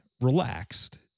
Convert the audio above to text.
relaxed